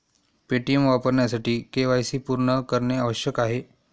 Paytm वापरण्यासाठी KYC पूर्ण करणे आवश्यक आहे